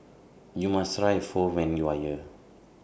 YOU must Try Pho when YOU Are here